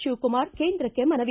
ಶಿವಕುಮಾರ್ ಕೇಂದ್ರಕ್ಷೆ ಮನವಿ